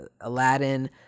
Aladdin